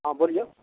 हँ बोलियौ